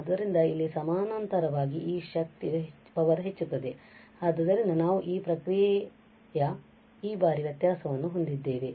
ಆದ್ದರಿಂದ ಇಲ್ಲಿ ಸಮಾನಾಂತರವಾಗಿ ಈ ಶಕ್ತಿಯು ಹೆಚ್ಚಾಗುತ್ತದೆ ಆದ್ದರಿಂದ ನಾವು ಈ ಪ್ರಕ್ರಿಯೆಯ ಈ ಬಾರಿ ವ್ಯತ್ಯಾಸವನ್ನು ಹೊಂದುತ್ತೇವೆ